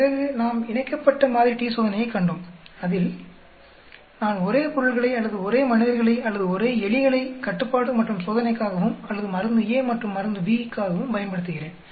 பிறகு நாம் இணைக்கப்பட்ட t சோதனையைக் கண்டோம் அதில் நான் ஒரே பொருள்களை அல்லது ஒரே மனிதர்களை அல்லது ஒரே எலிகளை கட்டுப்பாடு மற்றும் சோதனைக்காகவும் அல்லது மருந்து A மற்றும் மருந்து B க்காகவும் பயன்படுத்துகிறேன்